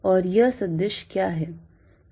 और यह सदिश क्या है